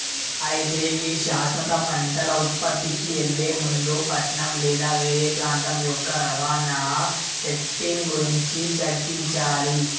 అయితే గీ శాశ్వత పంటల ఉత్పత్తికి ఎళ్లే ముందు పట్నం లేదా వేరే ప్రాంతం యొక్క రవాణా సెట్టింగ్ గురించి చర్చించాలి